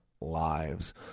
lives